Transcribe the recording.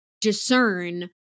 discern